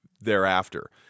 thereafter